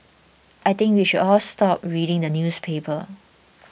I think we should all stop reading the newspaper